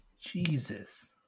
Jesus